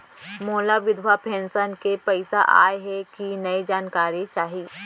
मोला विधवा पेंशन के पइसा आय हे कि नई जानकारी चाही?